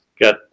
got